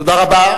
תודה רבה.